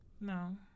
No